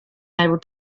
able